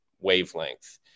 wavelength